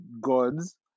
gods